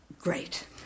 great